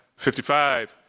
55